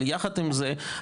אבל יחד עם זה,